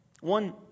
One